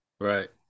Right